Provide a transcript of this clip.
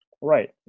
Right